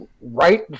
right